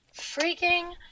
freaking